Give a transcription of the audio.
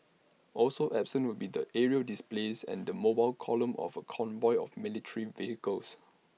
also absent will be the aerial displays and the mobile column of A convoy of military vehicles